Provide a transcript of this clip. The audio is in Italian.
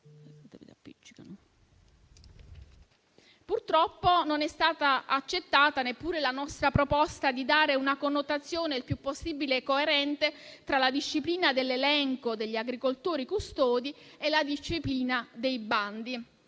Purtroppo non è stata accettata neppure la nostra proposta di dare una connotazione il più possibile coerente tra la disciplina dell'elenco degli agricoltori custodi e la disciplina dei bandi.